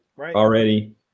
already